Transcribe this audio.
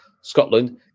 Scotland